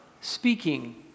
speaking